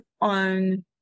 on